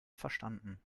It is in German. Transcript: verstanden